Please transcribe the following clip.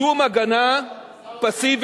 אבל שום הגנה פסיבית